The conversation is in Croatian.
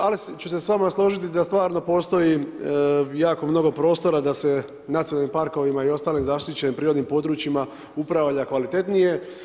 Ali, ću se s vama složiti, da stvarno postoji jako mnogo prostora, da se nacionalnim parkovima ii ostalim zaštićenim prirodnim područjima upravlja kvalitetnije.